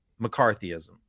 McCarthyism